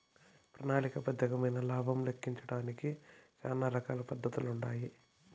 ప్రణాళిక బద్దమైన లాబం లెక్కించడానికి శానా రకాల పద్దతులుండాయి